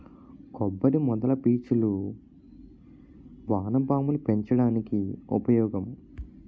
కొబ్బరి మొదల పీచులు వానపాములు పెంచడానికి ఉపయోగం